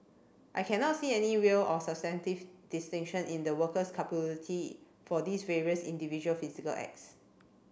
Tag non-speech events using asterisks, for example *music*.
I cannot see any real or substantive distinction in the worker's *unintelligible* for these various individual physical acts